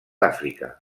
àfrica